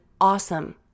awesome